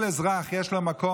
שבו לכל אזרח יש מקום,